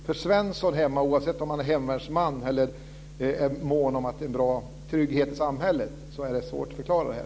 För Svensson därhemma, oavsett om han är hemvärnsman eller är mån om en bra trygghet i samhället, är det svårt att förklara det här.